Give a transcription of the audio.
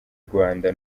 rwanda